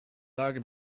lage